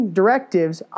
directives